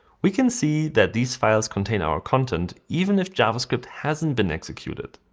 we can see that these files contain our content, even if javascript hasn't been executed.